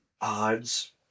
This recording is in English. odds